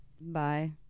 Bye